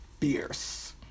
fierce